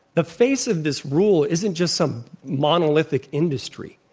the face of this rule isn't just some monolithic industry.